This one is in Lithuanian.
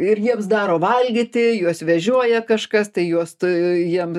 ir jiems daro valgyti juos vežioja kažkas tai juos tai jiem